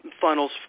funnels